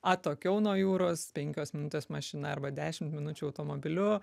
atokiau nuo jūros penkios minutės mašina arba dešimt minučių automobiliu